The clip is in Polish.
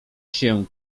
się